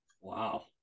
Wow